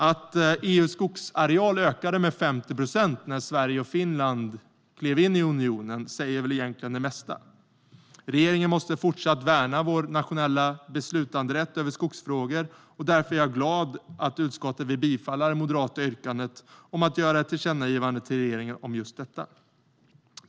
Att EU:s skogsareal ökade med 50 procent när Sverige och Finland klev in i unionen säger väl egentligen det mesta. Regeringen måste fortsätta värna vår nationella beslutanderätt över skogsfrågor, och därför är jag glad att utskottet vill bifalla det moderata yrkandet om att göra ett tillkännagivande till regeringen om just detta.